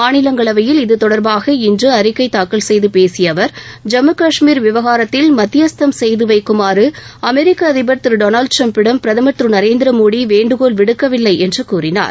மாநிலங்களவையில் இது தொடர்பாக இன்று அறிக்கை தாக்கல் செய்து பேசிய அவர் ஜம்மு கஷ்மீர் விவகாரத்தில் மத்தியஸ்தம் செய்து வைக்குமாறு அமெரிக்க அதிபர் திரு டொனால்டு ட்டிரம்பிடம் பிரதமர் திரு நரேந்திரமோடி வேண்டுகோள் விடுக்கவில்லை என்று கூறினார்